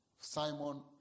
Simon